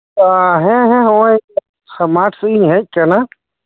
ᱦᱮᱸ ᱦᱮᱸ ᱱᱚᱜᱚᱭ ᱛᱷᱚᱲᱟ ᱢᱟᱴᱥᱡ ᱤᱧ ᱦᱮᱡ ᱟᱠᱟᱱᱟ